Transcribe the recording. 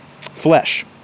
flesh